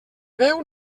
veu